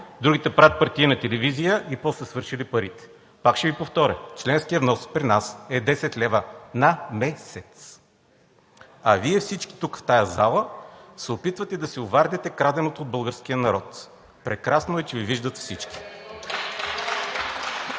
другите правят партийна телевизия и после свършили парите. Пак ще Ви повторя, членският внос при нас е 10,00 лв. на месец, а Вие всички тук, в тази зала, се опитвате да си овардите краденото от българския народ. Прекрасно е, че Ви виждат всички.